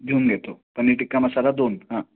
लिहून घेतो पनीर टिक्का मसाला दोन हां